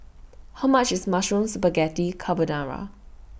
How much IS Mushroom Spaghetti Carbonara